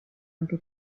anche